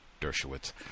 Dershowitz